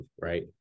right